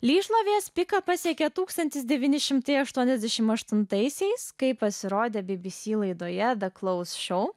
lyg šlovės piką pasiekė tūkstantis devyni šimtai aštuoniasdešimt aštuntaisiais kai pasirodė bbc laidoje klaus šio